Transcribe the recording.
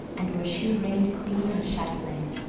and where she reigned queen and chatelaine.